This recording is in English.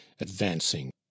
advancing